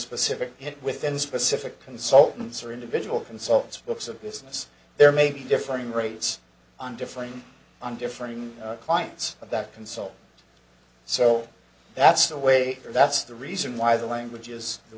specific hit within specific consultants or individual consults books of business there may be differing rates on differing on differing clients of that consult so that's the way that's the reason why the language is the